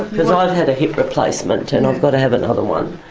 because i've had a hip replacement and i've got to have another one,